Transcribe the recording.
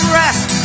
rest